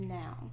now